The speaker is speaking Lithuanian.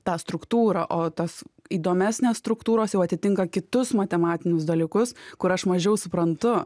tą struktūrą o tos įdomesnės struktūros jau atitinka kitus matematinius dalykus kur aš mažiau suprantu